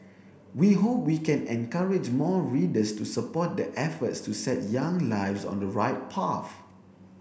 we hope we can encourage more readers to support the efforts to set young lives on the right path